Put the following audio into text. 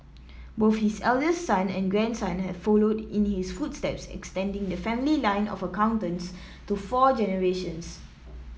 both his eldest son and grandson have followed in his footsteps extending the family line of accountants to four generations